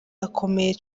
akomeye